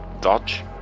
dodge